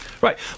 Right